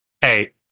hey